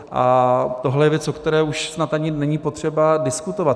A tohle je věc, o které už snad ani není potřeba diskutovat.